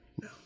No